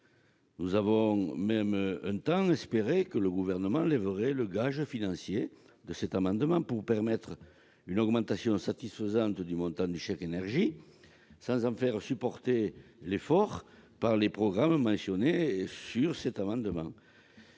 Nous avons même, un temps, espéré qu'il lèverait le gage financier de cet amendement pour permettre une augmentation satisfaisante du montant du chèque énergie, sans en faire supporter l'effort par les programmes mentionnés dans ledit amendement.